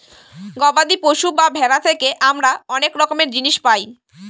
গবাদি পশু বা ভেড়া থেকে আমরা অনেক রকমের জিনিস পায়